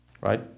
right